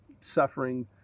suffering